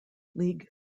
league